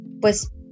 pues